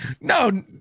No